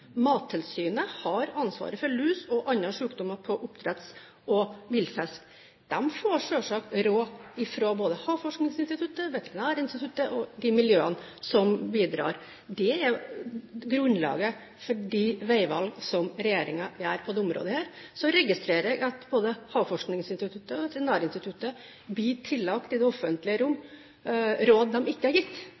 Mattilsynet har ansvar for lus og andre sykdommer på oppdretts- og villfisk. De får selvsagt råd fra Havforskningsinstituttet, Veterinærinstituttet og de miljøene som bidrar. Det er grunnlaget for de veivalg som regjeringen gjør på dette området. Så registrerer jeg at både Havforskningsinstituttet og Veterinærinstituttet i det offentlige rom blir tillagt råd de ikke har gitt.